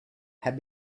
had